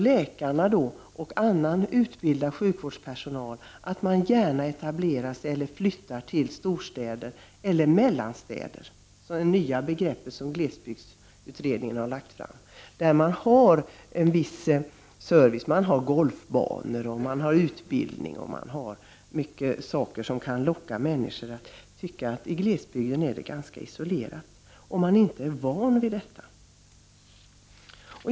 Läkare och annan sjukvårdspersonal flyttar också gärna till storstäder eller mellanstäder, det nya begrepp som glesbygdsutredningen har lanserat. Där finns en viss service i form av exempelvis golfbanor och utbildning samt många andra saker som kan locka människor. I glesbygden däremot blir människor ofta isolerade, såvida de inte är vana vid det.